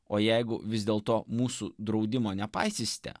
o jeigu vis dėlto mūsų draudimo nepaisysite